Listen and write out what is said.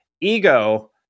ego